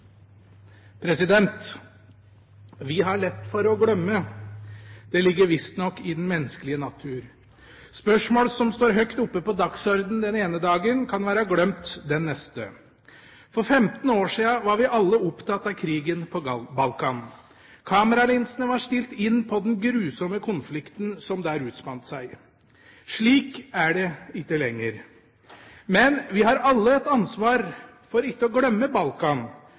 Vi har lett for å glemme. Det ligger visstnok i den menneskelige natur. Spørsmål som står høyt opp på dagsordenen den ene dagen, kan være glemt den neste. For 15 år siden var vi alle opptatt av krigen på Balkan. Kameralinsene var stilt inn på den grusomme konflikten som der utspant seg. Slik er det ikke lenger. Men vi har alle et ansvar for ikke å glemme Balkan